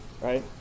right